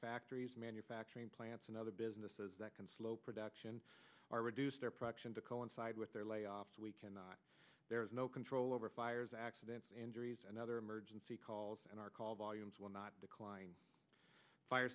factories manufacturing plants and other businesses that can slow production or reduce their production to coincide with their layoffs we cannot there's no control over fires accidents injuries and other emergency calls and our call volumes will not decline fire